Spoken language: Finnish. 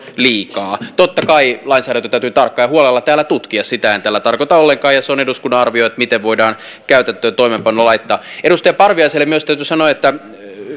liikaa totta kai lainsäädäntö täytyy tarkkaan ja huolella täällä tutkia sitä en tällä tarkoita ollenkaan ja se on eduskunnan arvioitava miten se voidaan käytäntöön ja toimeenpanoon laittaa edustaja parviaiselle myös täytyy sanoa että